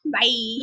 Bye